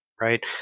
right